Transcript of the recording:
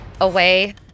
away